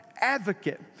advocate